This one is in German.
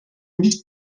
nicht